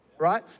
Right